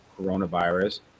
coronavirus